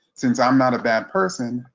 since i'm not a bad person,